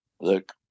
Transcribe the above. Look